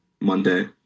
Monday